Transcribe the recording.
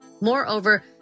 Moreover